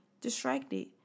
distracted